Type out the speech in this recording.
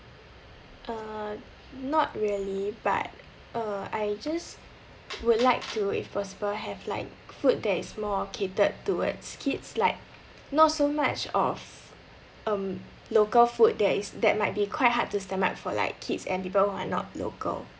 uh not really but uh I just would like to if possible have like food that is more catered towards kids like not so much of um local food that is that might be quite hard to stomach for like kids and people who are not local